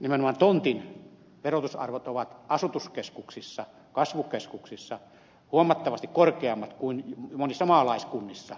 nimenomaan tontin verotusarvot ovat asutuskeskuksissa kasvukeskuksissa huomattavasti korkeammat kuin monissa maalaiskunnissa